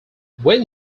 when